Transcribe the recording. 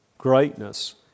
greatness